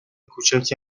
کوچکی